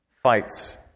Fights